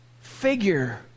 figure